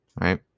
Right